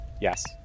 yes